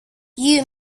you